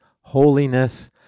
holiness